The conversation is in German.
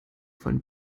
von